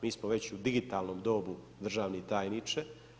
Mi smo već u digitalnom dobu, državni tajniče.